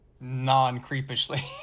non-creepishly